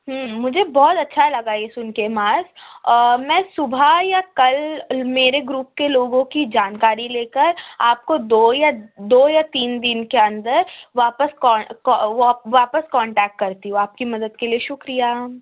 مجھے بہت اچھا لگا یہ سُن کے معاذ میں صُبح یا کل میرے گروپ کے لوگوں کی جانکاری لے کر آپ کو دو یا دو یا تین دِن کے اندر واپس واپس کانٹیکٹ کرتی ہوں آپ کی مدد کے لیے شُکریہ